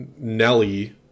Nelly